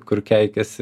kur keikiasi